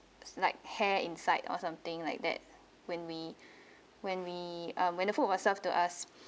like hair inside or something like that when we when we ah when the food was served to us